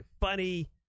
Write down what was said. funny